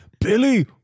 Billy